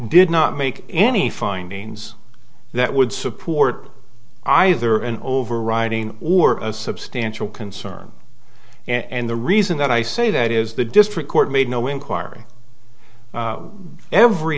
did not make any findings that would support either an overriding or a substantial concern and the reason that i say that is the district court made no inquir